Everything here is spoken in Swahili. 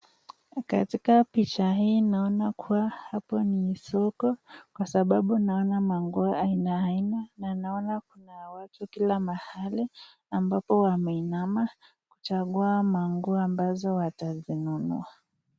Katika picha hii naona kuwa hapa ni soko, kwa sababu naona manguo aina aina na naona kuna watu kila mahali, ambapo wameinama, kuchagua manguo ambazo watazinunua.